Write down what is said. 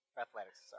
Athletics